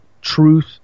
truth